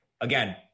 Again